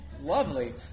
Lovely